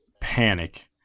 panic